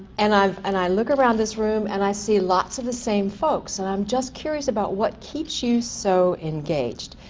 and i and i look around this room and i see lots of the same folks and i'm just curious about what keeps you so engaged.